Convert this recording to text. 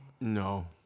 No